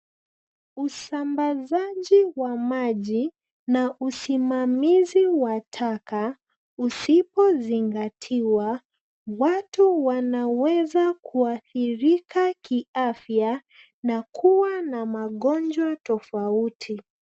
Usambazaji wa maji na usimamizi wa taka usipozingatiwa watu wanaweza kuathirika kiafya na kuwa na magonjwa tofauti.